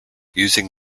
using